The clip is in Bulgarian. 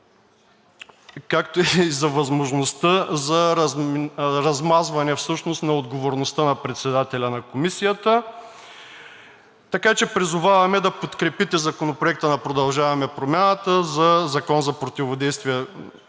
както и за възможността за размиване всъщност на отговорността на председателя на Комисията. Така че призоваваме да подкрепите Законопроекта на „Продължаваме Промяната“ за Закона за противодействие